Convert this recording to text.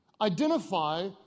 Identify